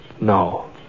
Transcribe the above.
No